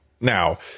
Now